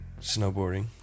snowboarding